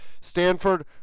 Stanford